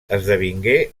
esdevingué